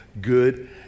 good